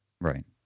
Right